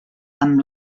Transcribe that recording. amb